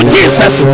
Jesus